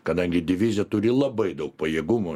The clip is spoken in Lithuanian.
kadangi divizija turi labai daug pajėgumų